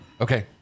Okay